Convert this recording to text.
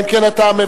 אלא אם כן אתה מוותר.